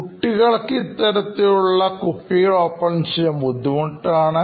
കുട്ടികൾക്ക് ഇത്തരത്തിലുള്ള കുപ്പികൾ ഓപൺ ചെയ്യുവാൻ ബുദ്ധിമുട്ടാണ്